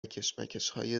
کشمکشهای